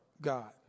God